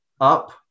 up